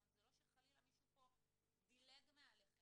זה לא שמישהו פה דילג מעליכם.